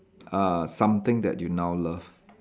uh something that you now love